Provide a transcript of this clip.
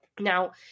Now